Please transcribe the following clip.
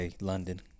London